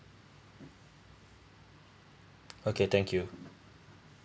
okay thank you